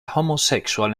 homosexual